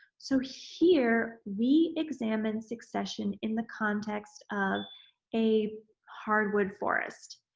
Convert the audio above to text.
so, here we examine succession in the context of a hardwood forest.